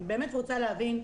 אני באמת רוצה להבין.